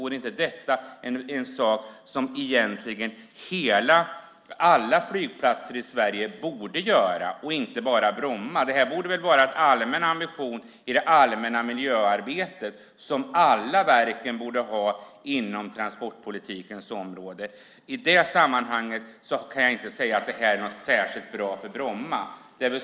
Vore det inte något som alla flygplatser egentligen borde göra, inte bara Bromma? Det borde väl vara en ambition i det allmänna miljöarbetet, något som alla verk på transportpolitikens område borde ha. I det sammanhanget kan jag därför inte se att det skulle vara något som är bra enbart för Bromma.